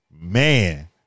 Man